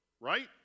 right